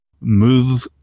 move